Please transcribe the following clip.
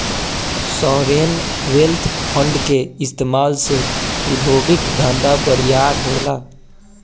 sovereign wealth fund के इस्तमाल से उद्योगिक धंधा बरियार होला